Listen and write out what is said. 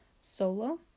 Solo